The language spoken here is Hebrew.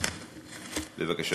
בבקשה,